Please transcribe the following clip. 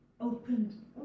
opened